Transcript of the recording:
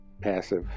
passive